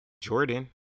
jordan